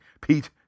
Pete